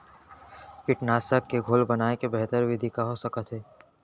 कीटनाशक के घोल बनाए के बेहतर विधि का हो सकत हे?